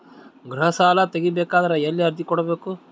ಗೃಹ ಸಾಲಾ ತಗಿ ಬೇಕಾದರ ಎಲ್ಲಿ ಅರ್ಜಿ ಕೊಡಬೇಕು?